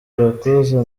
irakoze